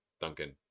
Duncan